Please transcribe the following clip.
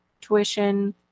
tuition